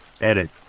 Edit